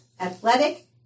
athletic